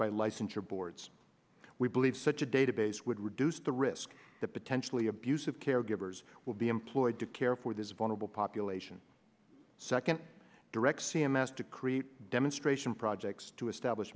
by licensure boards we believe such a database would reduce the risk that potentially abusive caregivers will be employed to care for this vulnerable population second direct c m s to create demonstration for objects to establish